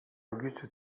auguste